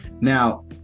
Now